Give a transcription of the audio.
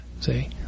See